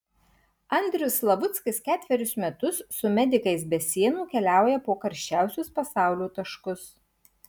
andrius slavuckis ketverius metus su medikais be sienų keliauja po karščiausius pasaulio taškus